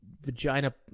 vagina